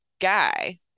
guy